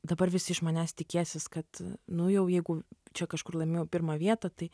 dabar visi iš manęs tikėsis kad nu jau jeigu čia kažkur laimėjau pirmą vietą tai